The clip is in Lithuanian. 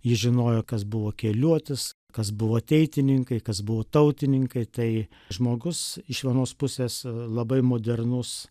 ji žinojo kas buvo keliuotis kas buvo ateitininkai kas buvo tautininkai tai žmogus iš vienos pusės labai modernus